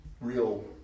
real